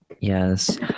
Yes